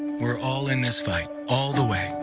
we're all in this fight, all the way.